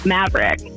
Maverick